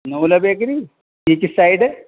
نوالا bakery یہ کس side ہے